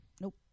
Nope